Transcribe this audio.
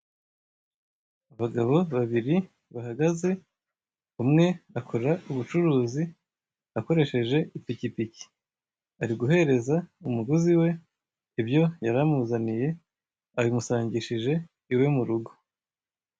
Abagabo babiri, umwe akora ubucuruzi akoresheje ipikipiki, ari guhereza umuguzi we ibyo yari amuzaniye, abimusangishije iwe mu rugo.